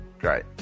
Great